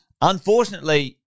Unfortunately